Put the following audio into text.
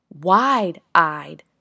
wide-eyed